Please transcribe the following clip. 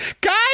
Guys